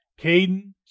Caden